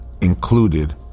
included